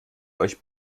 euch